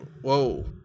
Whoa